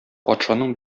патшаның